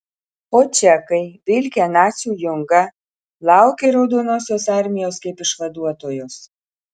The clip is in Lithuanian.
o čekai vilkę nacių jungą laukė raudonosios armijos kaip išvaduotojos